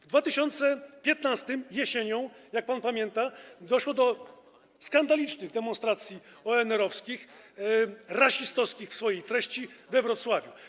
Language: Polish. W 2015 r., jesienią, jak pan pamięta, doszło do skandalicznych demonstracji ONR-owskich, rasistowskich w swojej treści, we Wrocławiu.